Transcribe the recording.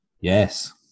Yes